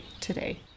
today